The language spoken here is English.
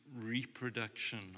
reproduction